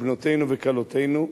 בנותינו וכלותינו,